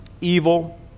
evil